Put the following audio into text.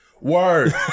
Word